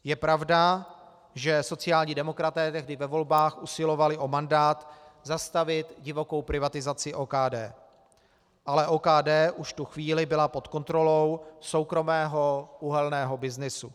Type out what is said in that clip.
Je pravda, že sociální demokraté tehdy ve volbách usilovali o mandát zastavit divokou privatizaci OKD, ale OKD už v tu chvíli byly pod kontrolou soukromého uhelného byznysu.